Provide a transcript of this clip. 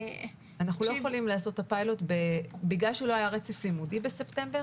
אנחנו לא יכולים לעשות את הפיילוט בגלל שלא היה רצף לימודי בספטמבר.